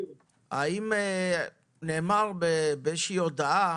נאמר בהודעה